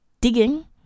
digging